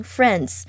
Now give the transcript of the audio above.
Friends，